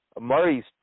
Murray's